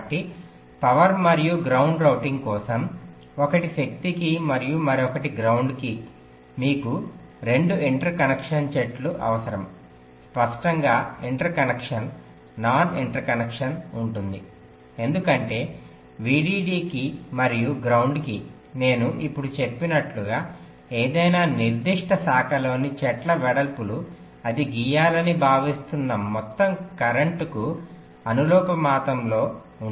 కాబట్టి పవర్ మరియు ground routing కోసం ఒకటి శక్తికి మరియు మరొకటి గ్రౌండ్ కి మీకు రెండు ఇంటర్ కనెక్షన్ చెట్టు అవసరం స్పష్టంగా ఇంటర్సెక్షన్ నాన్ ఇంటర్సెక్షన్ ఉంటుంది ఎందుకంటే VDD కి మరియు గ్రౌండ్ కి నేను ఇప్పుడు చెప్పినట్లుగా ఏదైనా నిర్దిష్ట శాఖలోని చెట్ల వెడల్పులు అది గీయాలని భావిస్తున్న మొత్తం కరెంట్కు అనులోమానుపాతంలో ఉండాలి